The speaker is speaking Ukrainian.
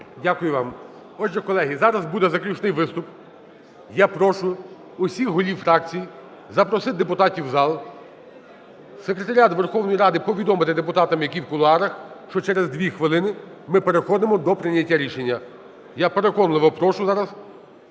Дякую вам. Отже, колеги, зараз буде заключний виступ. Я прошу всіх голів фракцій запросити депутатів в зал. Секретаріату Верховної Ради повідомити депутатам, які в кулуарах, що через 2 хвилини ми переходимо до прийняття рішення. Я переконливо прошу зараз